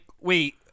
wait